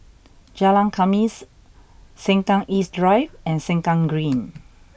Jalan Khamis Sengkang East Drive and Sengkang Green